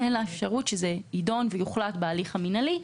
והן לאפשרות שזה ידון ויוחלט בהליך המינהלי,